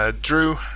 drew